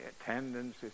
attendance